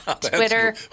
Twitter